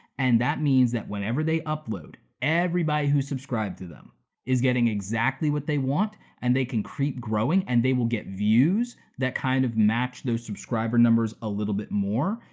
and that means that whatever they upload, everybody who's subscribed to them is getting exactly what they want and they can keep growing and they will get views that kind of match their subscriber numbers a little bit more.